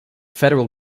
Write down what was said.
federal